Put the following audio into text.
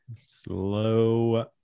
Slow